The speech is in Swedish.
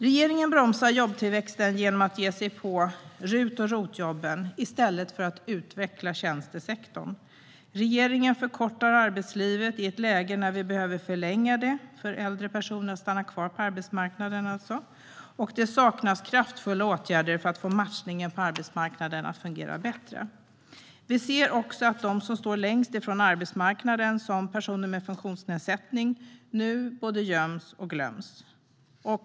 Regeringen bromsar jobbtillväxten genom att ge sig på RUT och ROT-jobben i stället för att utveckla tjänstesektorn. Regeringen förkortar arbetslivet i ett läge när vi behöver förlänga det och få äldre personer att stanna kvar på arbetsmarknaden. Det saknas kraftfulla åtgärder för att få matchningen på arbetsmarknaden att fungera bättre. Vi ser också att de som står längst från arbetsmarknaden, som personer med funktionsnedsättning, nu både göms och glöms.